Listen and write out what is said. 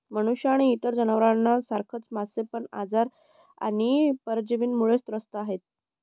मनुष्य आणि इतर जनावर सारखच मासे पण आजार आणि परजीवींमुळे त्रस्त आहे